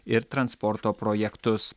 ir transporto projektus